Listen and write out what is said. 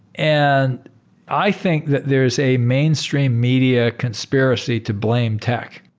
and i think that there is a mainstream media conspiracy to blame tech.